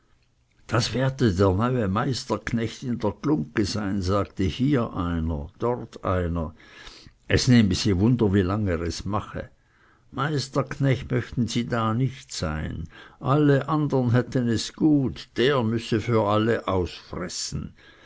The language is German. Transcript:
das werde der neue meisterknecht in der glungge sein sagte hier einer dort einer es nehme sie wunder wie lange er es mache meisterknecht möchten sie da nicht sein alle andern hätten es gut der müsse für alle ausfressen